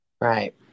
Right